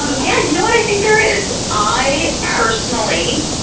um yeah, you know what? i think there is. i, personally,